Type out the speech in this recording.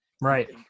right